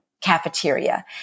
cafeteria